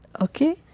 Okay